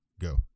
Go